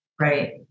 Right